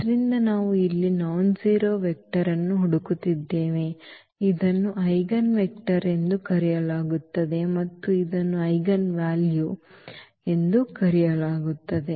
ಆದ್ದರಿಂದ ನಾವು ಇಲ್ಲಿ ನಾನ್ಜೆರೋ ವೆಕ್ಟರ್ ಅನ್ನು ಹುಡುಕುತ್ತಿದ್ದೇವೆ ಇದನ್ನು ಐಜೆನ್ ವೆಕ್ಟರ್ ಎಂದು ಕರೆಯಲಾಗುತ್ತದೆ ಮತ್ತು ಇದನ್ನು ಐಜೆನ್ ವ್ಯಾಲ್ಯೂ ಸರಿ ಎಂದು ಕರೆಯಲಾಗುತ್ತದೆ